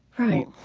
right.